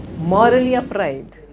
morally upright,